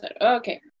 okay